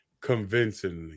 convincingly